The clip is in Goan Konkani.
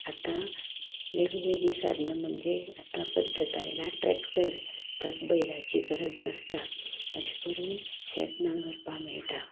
आतां वेगळीं वेगळीं सादनां म्हणजे आतां पद्दत आयला ट्रॅक्टर तां बैलाची गरज नासता अशें करून शेत नांगरपा मेळटा